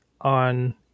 on